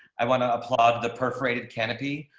i want to applaud the perforated canopy,